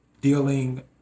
dealing